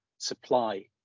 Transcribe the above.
supply